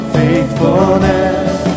faithfulness